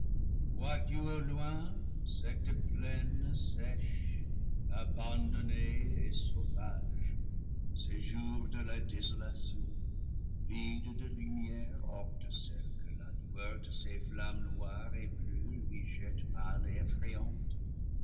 au loin cette plaine sèche aban donnée et sauvage séjour de la désolation vide de lumière hors de celle que la lueur de ces flammes noires et bleues lui jette pâle et effrayante